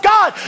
God